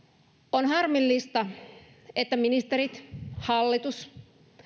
on harmillista että ministerit hallitus